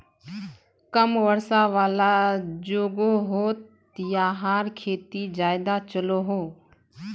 कम वर्षा वाला जोगोहोत याहार खेती ज्यादा चलोहो